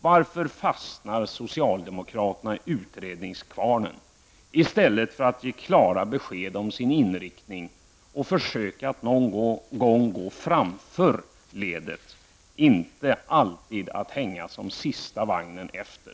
Varför fastnar socialdemokraterna i utredningskvarnen i stället för att ge klara besked om sin inriktning och försöka att någon gång gå framför ledet, inte alltid hänga som sista vagnen efter?